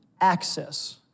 access